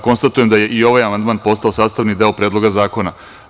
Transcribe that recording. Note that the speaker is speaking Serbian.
Konstatujem da je ovaj amandman postao sastavni deo Predloga zakona.